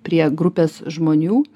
prie grupės žmonių